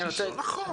אני עוצר,